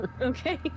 Okay